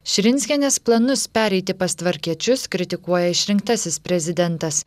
širinskienės planus pereiti pas tvarkiečius kritikuoja išrinktasis prezidentas